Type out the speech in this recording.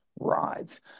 rides